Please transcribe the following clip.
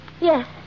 Yes